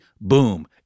boom